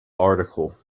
article